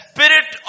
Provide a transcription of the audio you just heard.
spirit